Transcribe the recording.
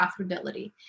profitability